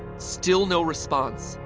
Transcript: still no response.